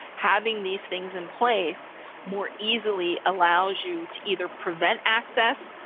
having these things in place more easily allows you to either prevent access.